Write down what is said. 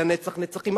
לנצח נצחים,